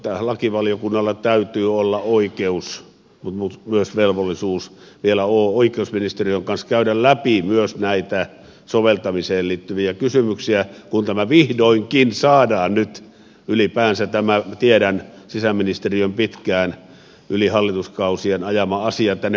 lakivaliokunnalla täytyy olla oikeus mutta myös velvollisuus vielä oikeusministeriön kanssa käydä läpi myös näitä soveltamiseen liittyviä kysymyksiä kun vihdoinkin saadaan nyt ylipäänsä tämä sisäministeriön pitkään yli hallituskausien ajama asia tänne pöydälle